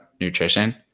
nutrition